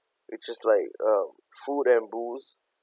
which is just like uh food and booze